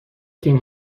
تیم